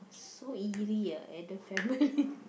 so eerie ah Adam's Family